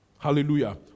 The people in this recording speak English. Hallelujah